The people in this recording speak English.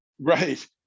Right